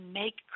make